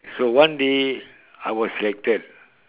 so one day I was selected